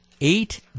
eight